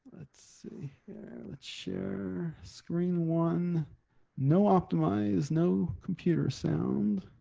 let's let's share screen one no optimize no computer sound.